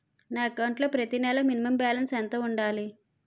నా అకౌంట్ లో ప్రతి నెల మినిమం బాలన్స్ ఎంత ఉండాలి?